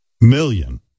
million